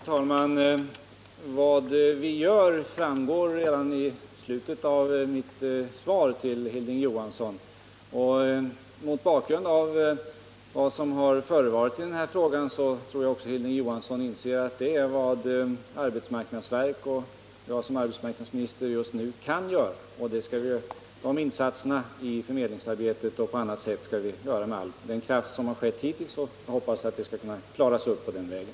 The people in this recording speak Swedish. Herr talman! Vad vi gör framgår redan av slutet på mitt svar till Hilding Johansson. Mot bakgrund av vad som har förevarit i denna fråga tror jag också att Hilding Johansson inser, att det är vad arbetsmarknadsverket och arbetsmarknadsministern just nu kan göra. De aktuella insatserna, i förmedlingsarbetet och i annan ordning, skall vi på samma sätt som hittills skett sätta in med all kraft, och jag hoppas att problemen skall kunna klaras upp den vägen.